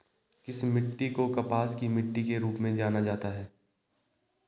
किस मिट्टी को कपास की मिट्टी के रूप में जाना जाता है?